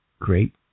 great